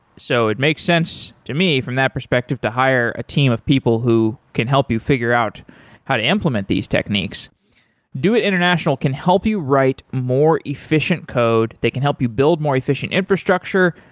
so it makes sense to me from that perspective to hire a team of people who can help you figure out how to implement these techniques doit international can help you write more efficient code, they can help you build more efficient infrastructure.